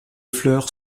fleurs